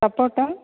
சப்போட்டா